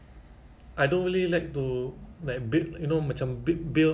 because like for me last time I work in a bank kan